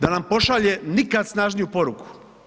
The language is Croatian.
Da nam pošalje nikad snažniju poruku.